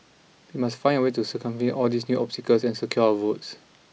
we must find a way to circumvent all these new obstacles and secure our votes